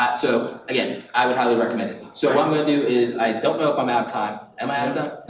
so again, i would highly recommend it. so what i'm gonna do is, i don't know if i'm out of time. am i out of